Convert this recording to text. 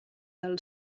del